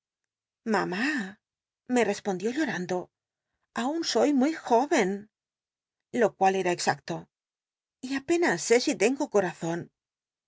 mamá me respondió llorando aun soy muy jó en lo cual era exacto y apenas sé si tengo cotazon